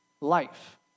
life